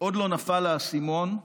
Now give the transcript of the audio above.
עוד לא נפל האסימון.